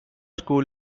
school